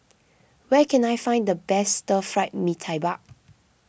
where can I find the best Stir Fried Mee Tai Mak